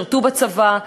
שירתו בצבא,